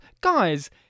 Guys